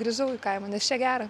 grįžau į kaimą nes čia gera